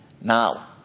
Now